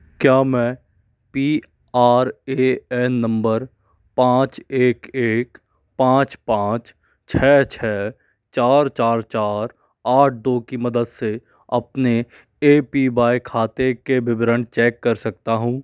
क्या मैं P R A N number पाँच एक एक पाँच पाँच छ छ चार चार चार आठ दो की मदद से अपने ए पी वाई खाते के विवरण चेक कर सकता हूँ